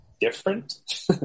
different